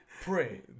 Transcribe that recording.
Pray